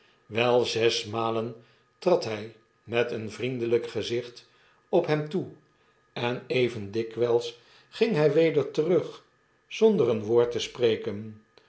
wel zesmalen trad hij met een vriendelyk gezicht op hem toe en even dikwijls fing hy weder terug zonder een woord te spreen